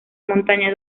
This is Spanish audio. montaña